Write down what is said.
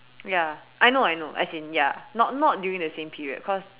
ya I know I know as in ya not not during the same period cause